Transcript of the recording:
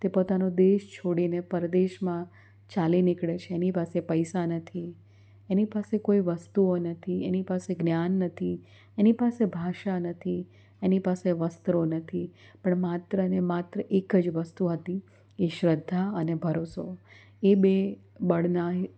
તે પોતાનો દેશ છોડીને પરદેશમાં ચાલી નીકળે છે એની પાસે પૈસા નથી એની પાસે કોઈ વસ્તુઓ નથી એની પાસે જ્ઞાન નથી એની પાસે ભાષા નથી એની પાસે વસ્ત્રો નથી પણ માત્ર અને માત્ર એક જ વસ્તુ હતી એ શ્રદ્ધા અને ભરોસો એ બે બળના